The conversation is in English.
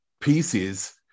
pieces